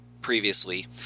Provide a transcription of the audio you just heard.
previously